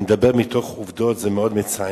אני מדבר מתוך עובדות, זה מאוד מצער.